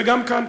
וגם כאן.